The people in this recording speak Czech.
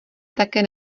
také